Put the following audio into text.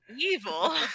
evil